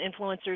influencers